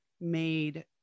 made